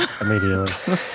Immediately